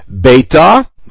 Beta